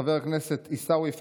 חבר הכנסת עיסאווי פריג'